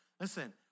Listen